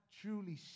truly